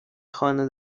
خانه